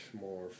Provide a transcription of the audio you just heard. more